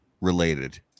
related